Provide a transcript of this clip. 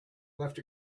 left